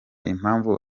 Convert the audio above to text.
impamvu